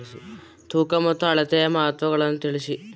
ತೂಕ ಮತ್ತು ಅಳತೆಗಳ ಮಹತ್ವವನ್ನು ತಿಳಿಸಿ?